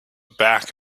back